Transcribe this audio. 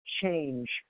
change